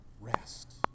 rest